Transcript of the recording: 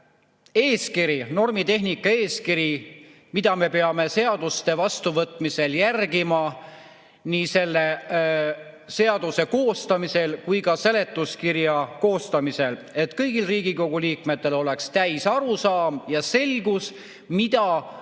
eeskiri, normitehnika eeskiri, mida me peame seaduste vastuvõtmisel järgima, nii seaduse koostamisel kui ka seletuskirja koostamisel, et kõigil Riigikogu liikmetel oleks täis arusaam ja selgus, mida